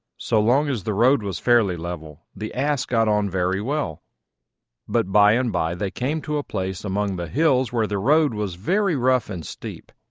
so long as the road was fairly level, the ass got on very well but by and by they came to a place among the hills where the road was very rough and steep,